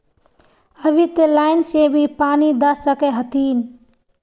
अभी ते लाइन से भी पानी दा सके हथीन?